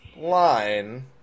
line